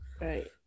Right